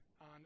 on